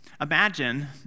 Imagine